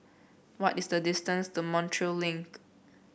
what is the distance to Montreal Link